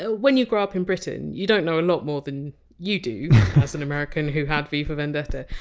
ah when you grow up in britain, you don't know a lot more than you do as an american who had v for vendetta.